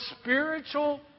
spiritual